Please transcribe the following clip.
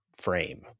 frame